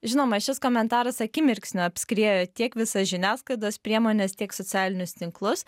žinoma šis komentaras akimirksniu apskriejo tiek visas žiniasklaidos priemones tiek socialinius tinklus